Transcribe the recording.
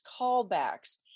callbacks